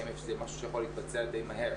האם זה משהו שיכול להתבצע די מהר?